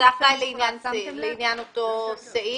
לעניין אותו סעיף,